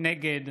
נגד